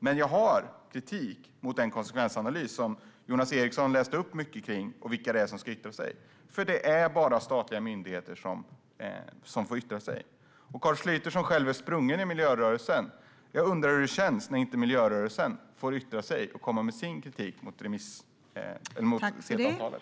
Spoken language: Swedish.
Men jag har kritik mot den konsekvensanalys som Jonas Eriksson talade mycket om, och vilka som ska yttra sig - det är bara statliga myndigheter. Carl Schlyter är ju själv sprungen ur miljörörelsen. Jag undrar hur det känns när miljörörelsen inte får yttra sig och komma med sin kritik mot CETA-avtalet.